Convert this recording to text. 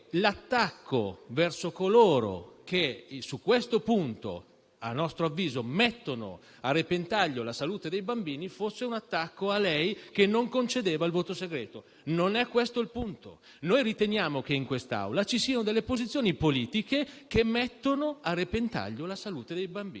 l'attacco verso coloro che su questo punto - a nostro avviso - mettono a repentaglio la salute dei bambini fosse rivolto a lei che non concedeva il voto segreto. Non è questo il punto. Noi riteniamo che in quest'Assemblea ci siano delle posizioni politiche che mettono a repentaglio la salute dei bambini